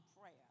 prayer